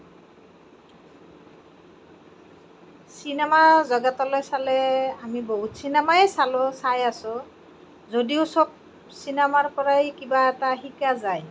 cinema জগতলৈ চালে আমি বহুত চিনেমাই চাই আছো যদিও চব চিনেমাৰ পৰাই কিবা এটা শিকা যায়